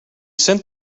sent